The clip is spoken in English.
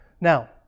Now